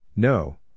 No